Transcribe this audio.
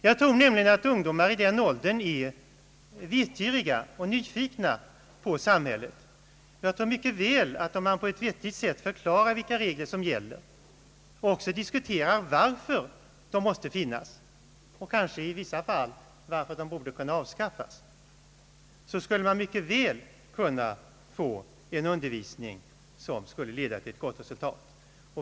Jag tror nämligen att ungdomar i den åldern är vetgiriga och nyfikna på samhället. Och jag tror att om man på ett vettigt sätt förklarar vilka regler som måste finnas och även diskuterar varför, och kanske i vissa fall varför de borde kunna avskaffas, skulle man mycket väl kunna få en undervisning som kunde leda till ett gott resultat.